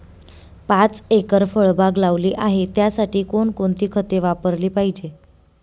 पाच एकर फळबाग लावली आहे, त्यासाठी कोणकोणती खते वापरली पाहिजे?